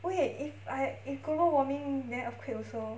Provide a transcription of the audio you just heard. wait if I if global warming then earthquake also